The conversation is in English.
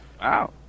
Wow